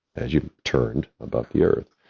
as you turned about the earth.